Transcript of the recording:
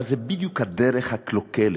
אבל זו בדיוק הדרך הקלוקלת,